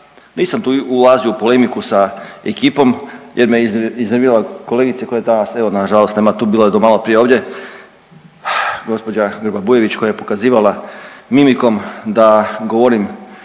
Nisam tu ulazio u polemiku sa ekipom jer me iznervirala kolegica koje danas evo nažalost nema tu, bila je do maloprije ovdje, gospođa Grba Bujević koja je pokazivala mimikom da govorim